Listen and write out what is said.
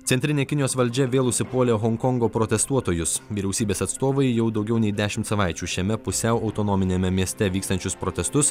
centrinė kinijos valdžia vėl užsipuolė honkongo protestuotojus vyriausybės atstovai jau daugiau nei dešimt savaičių šiame pusiau autonominiame mieste vykstančius protestus